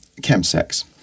Chemsex